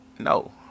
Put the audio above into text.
No